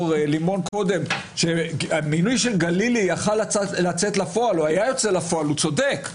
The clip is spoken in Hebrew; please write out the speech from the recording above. לימון קודם שהמינוי של גלילי היה יוצא לפועל הוא צודק,